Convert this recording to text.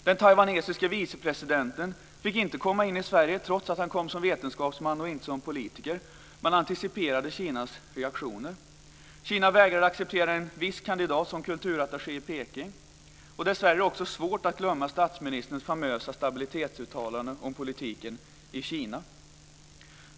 Den taiwanesiske vicepresidenten fick inte komma in i Sverige trots att han kom som vetenskapsman och inte som politiker. Man anticiperade Kinas reaktioner. Kina vägrade att acceptera en viss kandidat som kulturattaché i Peking. Dessvärre är det också svårt att glömma statsministerns famösa stabilitetsuttalanden om politiken i Kina.